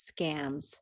Scams